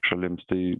šalims tai